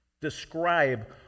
describe